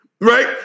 Right